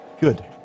Good